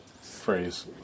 phrase